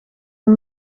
een